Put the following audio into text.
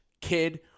kid